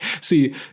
See